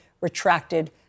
retracted